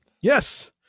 Yes